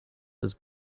has